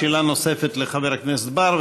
שאלה נוספת לחבר הכנסת בר,